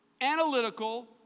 analytical